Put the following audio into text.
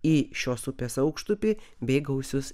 į šios upės aukštupį bei gausius